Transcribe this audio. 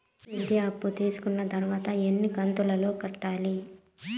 విద్య అప్పు తీసుకున్న తర్వాత ఎన్ని కంతుల లో కట్టాలి?